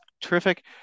terrific